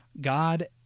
God